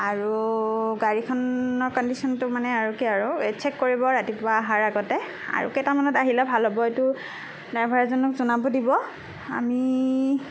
আৰু গাড়ীখনৰ কণ্ডিশ্যনটো মানে আৰু কি আৰু শ্বেক কৰিব ৰাতিপুৱা অহাৰ আগতে আৰু কেইটামানত আহিলে ভাল হ'ব এইটো ড্ৰাইভাৰ জনক জনাব দিব আমি